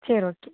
சரி ஓகே